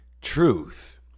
truth